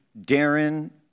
Darren